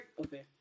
Okay